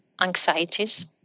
anxieties